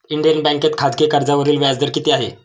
Indian बँकेत खाजगी कर्जावरील व्याजदर किती आहे?